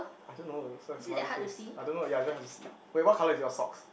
I don't know it looks like a smiley face I don't know ya is very hard to see wait what colour is your socks